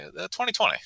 2020